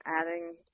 adding